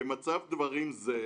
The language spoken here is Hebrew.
"במצב דברים זה,